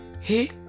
Hey